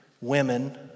women